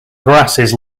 grasses